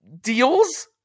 deals